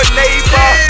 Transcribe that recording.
neighbor